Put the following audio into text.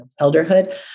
elderhood